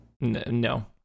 No